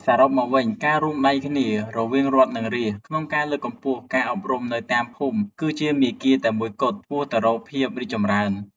សរុបមកវិញ ការរួមដៃគ្នារវាងរដ្ឋនិងរាស្ត្រក្នុងការលើកកម្ពស់ការអប់រំនៅតាមភូមិ គឺជាមាគ៌ាតែមួយគត់ឆ្ពោះទៅរកភាពរីកចម្រើន។